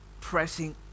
pressing